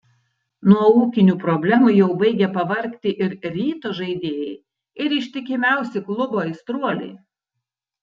nuo ūkinių problemų jau baigia pavargti ir ryto žaidėjai ir ištikimiausi klubo aistruoliai